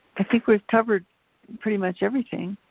we've covered pretty much everything.